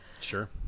Sure